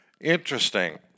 interesting